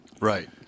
Right